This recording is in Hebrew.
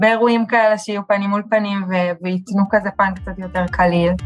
‫הרבה אירועים כאלה שיהיו פנים מול פנים ‫ויתנו כזה פן קצת יותר קליל.